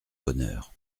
bonheur